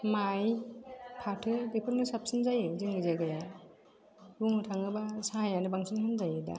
माय फाथो बेफोरनो साबसिन जायो जोंनि जायगायाव बुंनो थाङोब्ला साहायानो बांसिन होनजायो दा